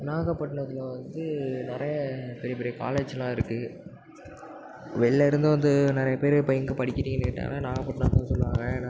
நாகப்பட்னத்தில் வந்து நிறையா பெரிய பெரிய காலேஜெலாம் இருக்குது வெளிலியிருந்து வந்து நிறையா பேர் எங்கே படிக்கிறாங்கன்னு கேட்டாங்கனால் நாகப்பட்னத்தில் தான் சொல்லுவாங்க ஏன்னால்